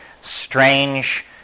strange